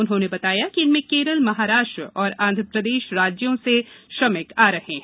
उन्होंने बताया कि इनमें केरल महाराष्ट्र और आंध्रप्रदेश राज्य के शहरों से श्रमिक आ रहे हैं